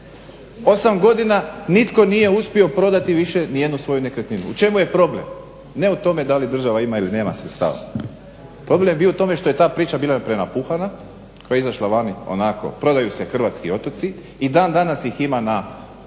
osam godina nitko nije uspio prodati više ni jednu svoju nekretninu. U čemu je problem? Ne u tome da li država ima ili nema sredstava. Problem je bio u tome što je ta priča bila prenapuhana, koja je izašla vani onako prodaju se hrvatski otoci, i dan danas ih ima na